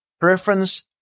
preference